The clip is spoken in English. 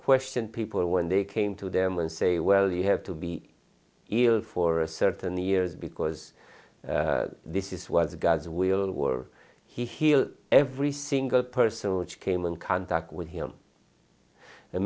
questioned people when they came to them and say well you have to be ill for a certain years because this is was god's will were he healed every single person which came in contact with him and